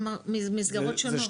כלומר מסגרות שונות.